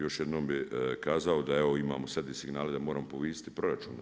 Još jednom bih kazao da evo imamo sad i signale da moramo povisiti proračun na 2%